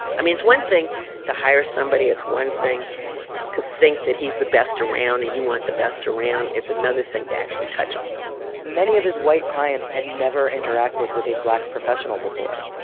i mean, it's one thing to hire somebody. it's one thing to think that he's the best around, and you want the best around. it's another thing to actually touch him many of his white clients had never interacted with a black professional before.